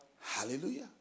Hallelujah